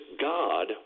God